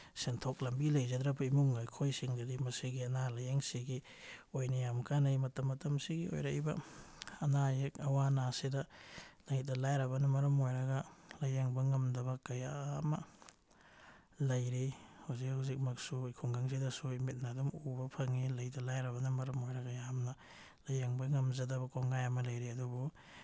ꯁꯦꯟꯊꯣꯛ ꯂꯝꯕꯤ ꯂꯩꯖꯗ꯭ꯔꯕ ꯏꯃꯨꯡ ꯑꯩꯈꯣꯏꯁꯤꯡꯗꯗꯤ ꯃꯁꯤꯒꯤ ꯑꯅꯥ ꯂꯥꯏꯌꯦꯡꯁꯤꯒꯤ ꯑꯣꯏꯅ ꯌꯥꯝ ꯀꯥꯅꯩ ꯃꯇꯝ ꯃꯇꯝꯁꯤꯒꯤ ꯑꯣꯏꯔꯛꯏꯕ ꯑꯅꯥ ꯑꯌꯦꯛ ꯑꯋꯥ ꯑꯅꯥꯁꯤꯗ ꯂꯩꯇ ꯂꯥꯏꯔꯕꯅ ꯃꯔꯝ ꯑꯣꯏꯔꯒ ꯂꯥꯏꯌꯦꯡꯕ ꯉꯝꯗꯕ ꯀꯌꯥ ꯑꯃ ꯂꯩꯔꯤ ꯍꯧꯖꯤꯛ ꯍꯧꯖꯤꯛꯃꯛꯁꯨ ꯑꯩꯈꯣꯏ ꯈꯨꯡꯒꯪꯁꯤꯗꯁꯨ ꯃꯤꯠꯅ ꯑꯗꯨꯝ ꯎꯕ ꯐꯪꯉꯤ ꯂꯩꯇ ꯂꯥꯏꯔꯕꯅ ꯃꯔꯝ ꯑꯣꯏꯔꯒ ꯌꯥꯝꯅ ꯂꯥꯏꯌꯦꯡꯕ ꯉꯝꯖꯗꯕ ꯀꯣꯡꯒꯥꯏ ꯑꯃ ꯂꯩꯔꯤ ꯑꯗꯨꯕꯨ